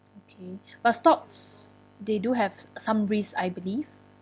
okay but stocks they do have some risks I believe